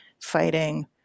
fighting